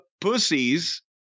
pussies